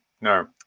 No